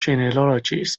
genealogies